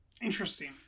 Interesting